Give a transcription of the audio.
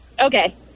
Okay